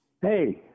Hey